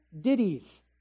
ditties